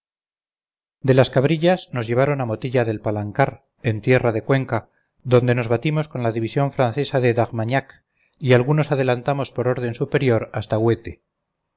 de las cabrillas nos llevaron a motilla del palancar en tierra de cuenca donde nos batimos con la división francesa de d'armagnac y algunos adelantamos por orden superior hasta huete